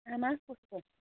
आमा कस्तो छ